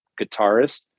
guitarist